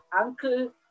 uncle